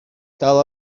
dal